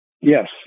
Yes